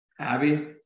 Abby